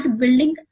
building